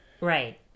Right